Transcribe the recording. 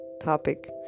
topic